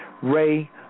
Ray